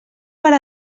per